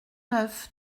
neuf